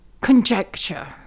conjecture